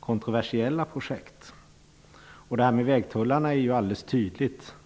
kontroversiella projekt. Det är alldeles tydligt när det gäller vägtullarna. Man behöver bara läsa handlingarna för att inse att detta kommer att bli problematiskt.